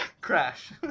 crash